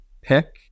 pick